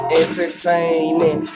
entertaining